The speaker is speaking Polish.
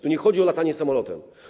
Tu nie chodzi o latanie samolotem.